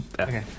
Okay